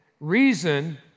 Reason